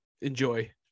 enjoy